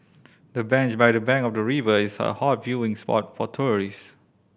the bench by the bank of the river is a hot viewing spot for tourist